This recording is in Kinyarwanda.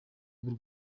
bw’u